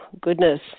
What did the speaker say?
goodness